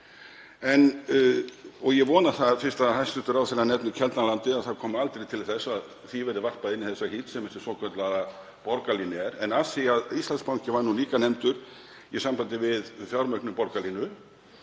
En ég vona það, fyrst hæstv. ráðherra nefnir Keldnalandið, að það komi aldrei til þess að því verði varpað inn í þá hít sem þessi svokallaða borgarlína er. En af því að Íslandsbanki var nú líka nefndur í sambandi við fjármögnun borgarlínu